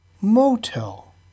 Motel